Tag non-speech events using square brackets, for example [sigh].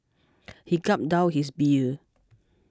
[noise] he gulped down his beer